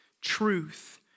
truth